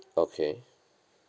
okay